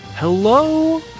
Hello